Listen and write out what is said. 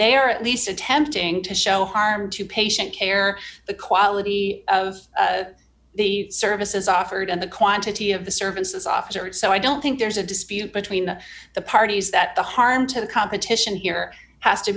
are at least attempting to show harm to patient care or the quality of the services offered and the quantity of the services offered so i don't think there's a dispute between the parties that the harm to the competition here has to